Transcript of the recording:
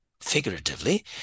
Figuratively